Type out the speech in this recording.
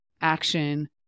action